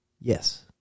Yes